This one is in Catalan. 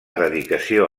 dedicació